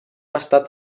estat